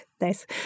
Nice